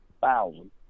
thousand